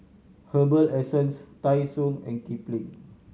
Herbal Essences Tai Sun and Kipling